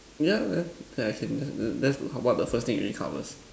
ya then I can that's what the first thing it already covers